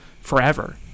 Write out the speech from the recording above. forever